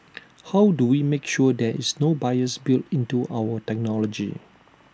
how do we make sure there is no bias built into our technology